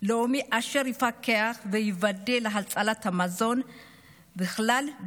לאומי אשר יפקח וידאג להצלת המזון בכלל,